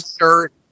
shirt